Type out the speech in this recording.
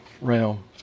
realm